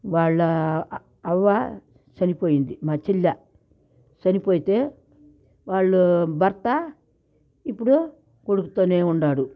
వాళ్ళా అ అవ్వ చనిపోయింది మా చెల్లి చనిపోతే వాళ్ళు భర్త ఇప్పుడూ కొడుకుతోనే ఉన్నాడు